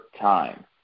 time